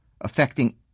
Affecting